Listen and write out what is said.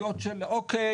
אוקי,